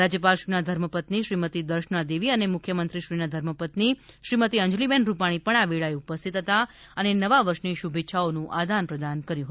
રાજ્યપાલશ્રીના ધર્મપત્ની શ્રીમતી દર્શના દેવી અને મુખ્ય મંત્રીશ્રીના ધર્મપત્ની શ્રીમતી અંજલિ બહેન રૂપાણી પણ આ વેળાએ ઉપસ્થિત રહ્યા હતા અને નવા વર્ષની શુભેચ્છાઓ નું આદાન પ્રદાન કર્યું હતું